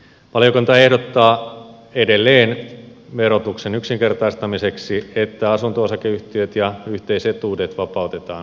valiokunta ehdottaa edelleen verotuksen yksinkertaistamiseksi että asunto osakeyhtiöt ja yhteisetuudet vapautetaan verovelvollisuudesta